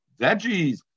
veggies